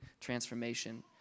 transformation